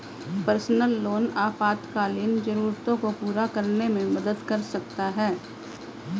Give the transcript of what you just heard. personal loan आपातकालीन जरूरतों को पूरा करने में मदद कर सकता है